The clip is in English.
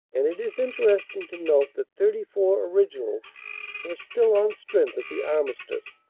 and it is interesting to note that thirty four originals were still on strength at the armistice,